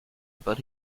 but